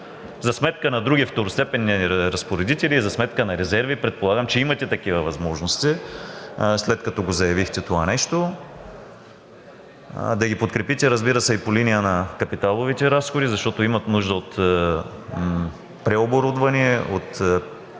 за сметка на други второстепенни разпоредители и за сметка на резерви. Предполагам, че имате такива възможности, след като заявихте това? Да ги подкрепите, разбира се, и по линия на капиталовите разходи, защото имат нужда от преоборудване, от закупуване